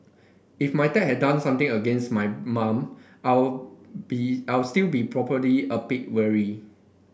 if my dad had done something against my mom I'll be I will still be probably a bit wary